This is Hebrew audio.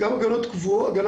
גם הגנה קבועה.